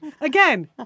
again